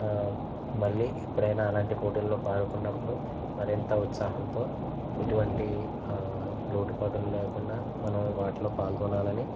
మళ్ళీ ఎప్పుడైనా అలాంటి పోటీల్లో పాల్గొన్నప్పుడు మరింత ఉత్సాహంతో ఎటువంటి లోటుపాటులు లేకుండా మనం వాటిలో పాల్గొనాలని